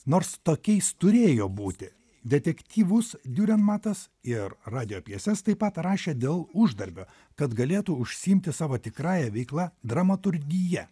nors tokiais turėjo būti detektyvus diurenmatas ir radijo pjeses taip pat rašė dėl uždarbio kad galėtų užsiimti savo tikrąja veikla dramaturgija